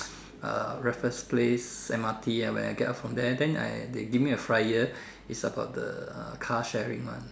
uh Raffles place M_R_T uh where I got from there then I they give me a flyer its about the uh car sharing one